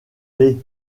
les